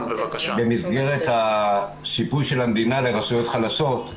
במסגרת של השיפוי של המדינה לרשויות חלשות,